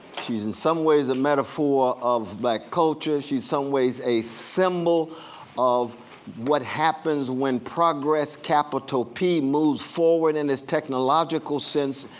she's in some ways a metaphor of black culture. she's in some ways a symbol of what happens when progress, capital p, moves forward in this technological sense,